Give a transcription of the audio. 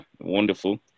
wonderful